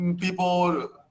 people